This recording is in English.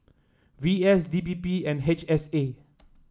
V S D P P and H S A